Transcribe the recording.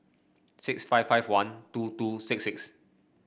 six five five one two two six six